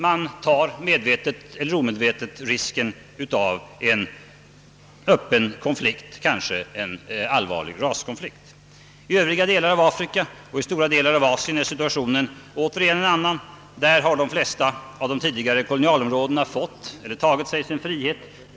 Man tar medvetet eller omedvetet risken av en öppen konflikt, kanske ett raskrig. I övriga delar av Afrika och i stora delar av Asien är situationen återigen en annan. Där har de flesta av de tidigare kolonialområdena fått eller tagit sig sin frihet.